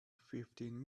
fifteen